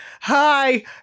hi